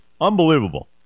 Unbelievable